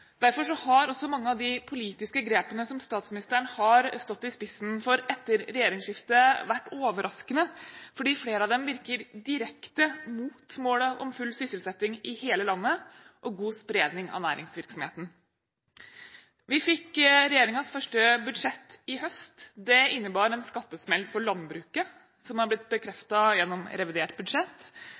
Derfor har også mange av de politiske grepene som statsministeren har stått i spissen for etter regjeringsskiftet, vært overraskende, for flere av dem virker direkte mot målet om full sysselsetting i hele landet og god spredning av næringsvirksomheten. Vi fikk regjeringens første budsjett i høst. Det innebar en skattesmell for landbruket som har blitt bekreftet gjennom revidert budsjett,